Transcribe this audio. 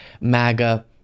MAGA